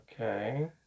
Okay